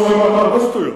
אפילו שאמרת הרבה שטויות,